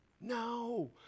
No